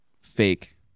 fake